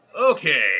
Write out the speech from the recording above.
Okay